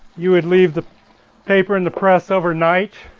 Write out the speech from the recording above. you would leave the paper in the press overnight,